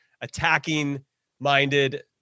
attacking-minded